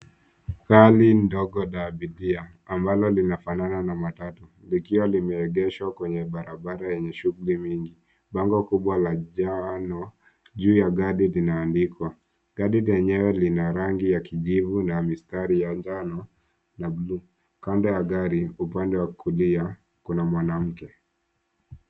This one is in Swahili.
Gari ndogo la abiria ambalo lina fanana na matatu likiwa limeegeshwa kwenye barabara yenye shughuli nyingi. Bango kubwa la njano juu ya gari linaandikwa. Gari yenyewe lina rangi ya kijivu na mistari ya njano na buluu. Kando ya gari upande wa kulia kuna mwanamke.